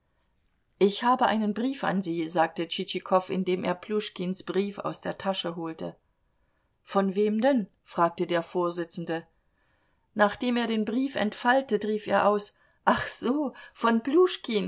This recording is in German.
ich habe einen brief an sie sagte tschitschikow indem er pljuschkins brief aus der tasche holte von wem denn fragte der vorsitzende nachdem er den brief entfaltet rief er aus ach so von